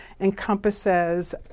encompasses